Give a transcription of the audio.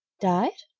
died?